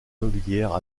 immobilière